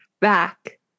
Back